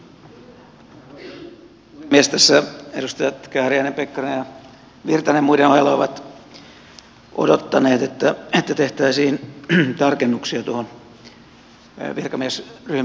tässä edustajat kääriäinen pekkarinen ja virtanen muiden ohella ovat odottaneet että tehtäisiin tarkennuksia tuohon virkamiesryhmän esitykseen